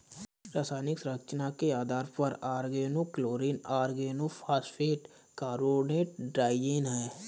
रासायनिक संरचना के आधार पर ऑर्गेनोक्लोरीन ऑर्गेनोफॉस्फेट कार्बोनेट ट्राइजीन है